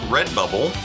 Redbubble